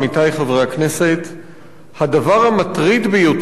הדבר המטריד ביותר בפרשה של "קיקה",